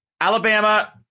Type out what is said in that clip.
Alabama